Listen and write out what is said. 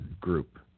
group